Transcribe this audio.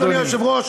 אדוני היושב-ראש,